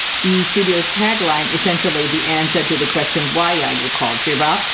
the studio's tagline essentially the answer to the question why are you called giraff?